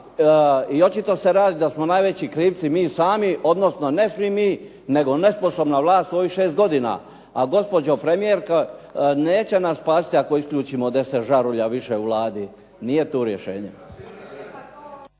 i očito se radi da smo najveći krivci mi sami, odnosno ne svi mi nego nesposobna vlast u ovim 6 godina. A gospođo premijerko neće nas spasiti ako isključimo 10 žarulja više u Vladi. Nije tu rješenje.